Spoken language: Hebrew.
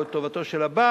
או את טובתו של הבעל,